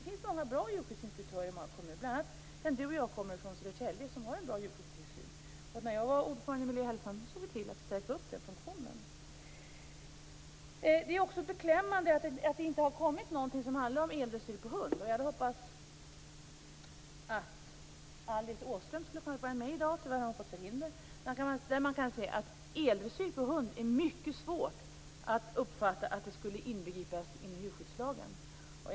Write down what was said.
Det finns bra djurskyddsinspektörer i många kommuner, bl.a. i den Annika Åhnberg och jag kommer ifrån, nämligen Södertälje. Där har man en bra djurtillsyn. När jag var ordförande i Miljö och hälsoskyddsnämnden såg vi till att stärka den funktionen. Det är också beklämmande att det inte har kommit någonting som handlar om eldressyr på hund. Jag hade hoppats att Alice Åström skulle ha varit med i dag. Hon har tyvärr fått förhinder. Men jag kan säga att det är mycket svårt att uppfatta att eldressyr på hund skulle inbegripas i djurskyddslagen.